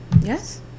Yes